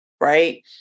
Right